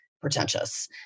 pretentious